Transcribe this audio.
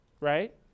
right